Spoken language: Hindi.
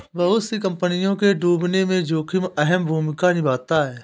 बहुत सी कम्पनियों के डूबने में जोखिम अहम भूमिका निभाता है